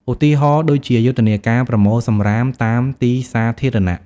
ឧទាហរណ៍ ដូចជាយុទ្ធនាការប្រមូលសំរាមតាមទីសាធារណៈ។